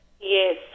yes